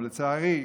אבל לצערי,